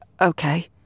okay